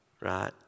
right